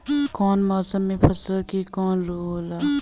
कवना मौसम मे फसल के कवन रोग होला?